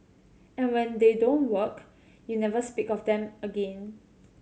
and when they don't work you never speak of them again